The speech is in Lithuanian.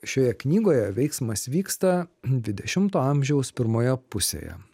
šioje knygoje veiksmas vyksta dvidešimto amžiaus pirmoje pusėje